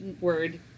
word